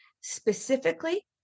specifically